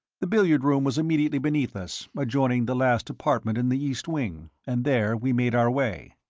the billiard room was immediately beneath us, adjoining the last apartment in the east wing, and there we made our way.